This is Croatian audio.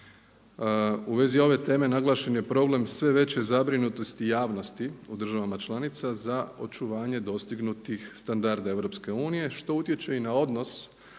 U vezi ove teme naglašen je problem sve veće zabrinutosti javnosti u državama članica za očuvanje dostignutih standarda EU što utječe i na odnos